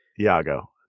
Iago